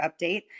update